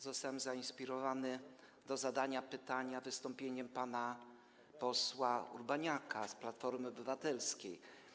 Zostałem zainspirowany do zadania pytania wystąpieniem pana posła Urbaniaka z Platformy Obywatelskiej.